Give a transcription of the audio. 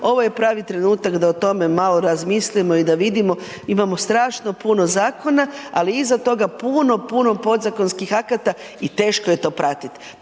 ovo je pravi trenutak da o tome malo razmislimo i da vidimo, imamo strašno puno zakona, ali iza toga puno, puno podzakonskih akata i teško je to pratit.